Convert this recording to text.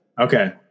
okay